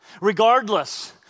regardless